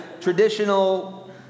Traditional